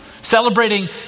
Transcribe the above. celebrating